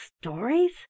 stories